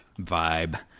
vibe